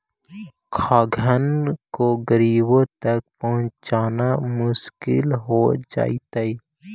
खाद्यान्न को गरीबों तक पहुंचाना मुश्किल हो जइतइ